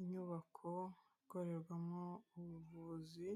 Inyubako ikorerwamo ubuvuzi,